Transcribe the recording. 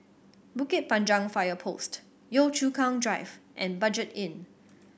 Bukit Panjang Fire Post Yio Chu Kang Drive and Budget Inn